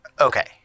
Okay